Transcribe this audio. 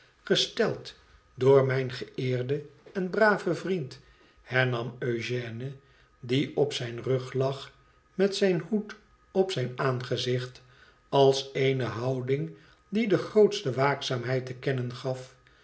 gesteld door mijn geëerden en braven vriend hernam eugène die op zijn rug lag met zijn hoed op zijn aangezicht als eene houdmg die de grootste waakzaaamheid te kennen gaf